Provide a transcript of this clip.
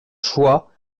choix